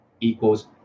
equals